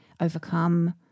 overcome